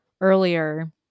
earlier